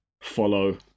follow